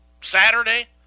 Saturday